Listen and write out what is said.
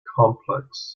complex